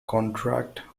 contract